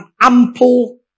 ample